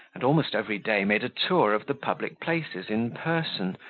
and almost every day made a tour of the public places in person,